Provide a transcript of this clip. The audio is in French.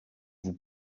vous